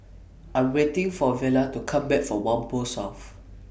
I Am waiting For Vela to Come Back from Whampoa South